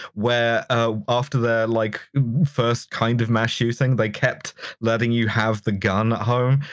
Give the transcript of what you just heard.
where ah after their like first kind of mass shooting, they kept letting you have the gun at home,